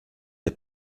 der